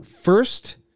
First